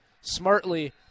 smartly